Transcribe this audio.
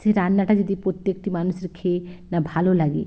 সেই রান্নাটা যদি প্রত্যেকটি মানুষের খেয়ে না ভালো লাগে